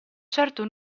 certo